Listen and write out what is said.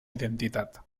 identitat